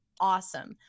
awesome